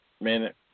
minute